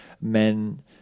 men